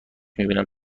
میبینم